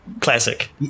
classic